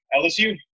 LSU